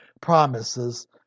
promises